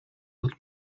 lud